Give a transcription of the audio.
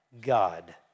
God